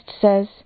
says